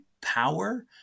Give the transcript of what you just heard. power